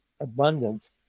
abundant